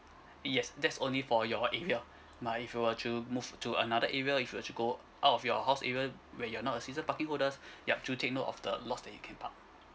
yes that's only for your area now if you were to move to another area if you were to go out of your house area when you're not a season parking holders yup do take note of the lots that you can park